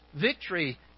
victory